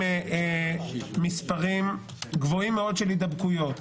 מספרים גבוהים מאוד של הידבקויות